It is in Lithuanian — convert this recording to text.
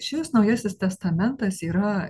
šis naujasis testamentas yra